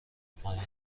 پایین